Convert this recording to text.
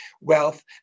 wealth